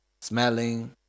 smelling